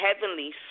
Heavenly